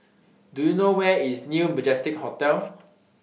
Do YOU know Where IS New Majestic Hotel